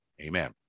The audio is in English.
amen